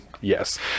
yes